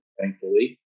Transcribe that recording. thankfully